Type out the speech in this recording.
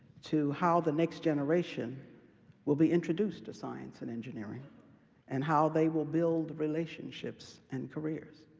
to how the next generation will be introduced to science and engineering and how they will build relationships and careers.